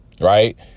right